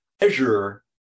measure